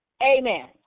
amen